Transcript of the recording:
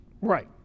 Right